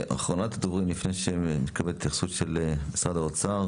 אחרונת הדוברים לפני שנקבל התייחסות של משרד האוצר